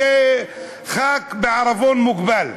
תהיה חבר כנסת בעירבון מוגבל.